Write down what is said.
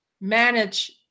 manage